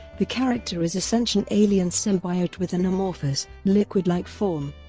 the character is a sentient alien symbiote with an amorphous, liquid-like form,